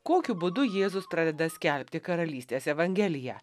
kokiu būdu jėzus pradeda skelbti karalystės evangeliją